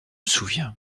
souviens